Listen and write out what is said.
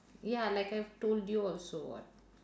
ya like I've told you also what